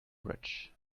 rich